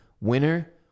Winner